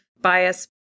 bias